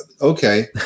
Okay